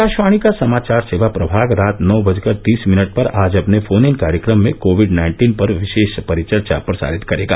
आकाशवाणी का समाचार सेवा प्रभाग रात नौ बजकर तीस मिनट पर आज अपने फोन इन कार्यक्रम में कोविड नाइन्टीन पर विशेष परिचर्चा प्रसारित करेगा